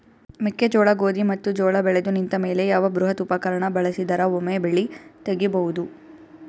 ಮೆಕ್ಕೆಜೋಳ, ಗೋಧಿ ಮತ್ತು ಜೋಳ ಬೆಳೆದು ನಿಂತ ಮೇಲೆ ಯಾವ ಬೃಹತ್ ಉಪಕರಣ ಬಳಸಿದರ ವೊಮೆ ಬೆಳಿ ತಗಿಬಹುದು?